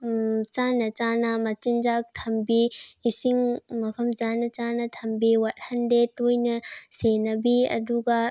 ꯆꯥꯅ ꯆꯥꯅ ꯃꯆꯤꯟꯖꯥꯛ ꯊꯝꯕꯤ ꯏꯁꯤꯡ ꯃꯐꯝ ꯆꯥꯅ ꯆꯥꯅ ꯊꯝꯕꯤ ꯋꯥꯠꯍꯟꯗꯦ ꯇꯣꯏꯅ ꯁꯦꯟꯅꯕꯤ ꯑꯗꯨꯒ